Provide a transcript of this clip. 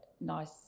nice